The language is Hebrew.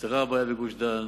נפתרה הבעיה בגוש-דן,